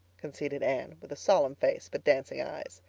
conceded anne, with a solemn face but dancing eyes.